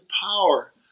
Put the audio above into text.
power